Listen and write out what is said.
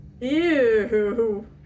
Ew